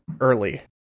early